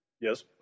Yes